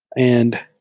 and